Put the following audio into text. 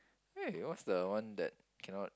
eh what's the one that cannot